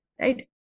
right